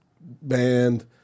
band